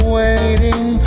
waiting